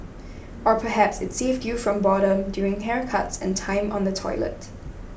or perhaps it saved you from boredom during haircuts and time on the toilet